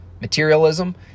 materialism